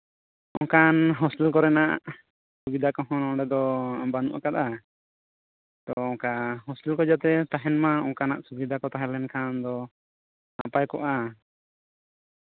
ᱚᱱᱠᱟᱱ ᱦᱳᱥᱴᱮᱞ ᱠᱚᱨᱮᱱᱟᱜ ᱥᱩᱵᱤᱫᱷᱟ ᱠᱚᱦᱚᱸ ᱱᱚᱰᱮ ᱫᱚ ᱵᱟᱹᱱᱩᱜ ᱟᱠᱟᱫᱟ ᱟᱫᱚ ᱚᱱᱠᱟ ᱦᱳᱥᱴᱮᱞ ᱠᱚ ᱡᱟᱛᱮ ᱛᱟᱦᱮᱱ ᱢᱟ ᱚᱱᱠᱟᱱᱟᱜ ᱥᱩᱵᱤᱫᱷᱟ ᱠᱚ ᱛᱟᱦᱮᱸ ᱞᱮᱱᱠᱷᱟᱱ ᱫᱚ ᱱᱟᱯᱟᱭ ᱠᱚᱜᱼᱟ